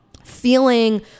Feeling